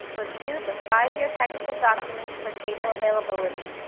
review the five year technical document for table availability.